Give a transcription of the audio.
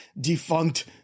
defunct